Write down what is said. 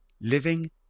living